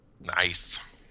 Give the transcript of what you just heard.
Nice